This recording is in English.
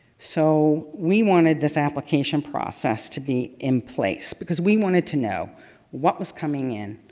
so, we wanted this application process to be in place because we wanted to know what was coming in,